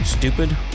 stupid